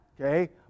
okay